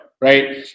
right